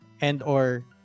and/or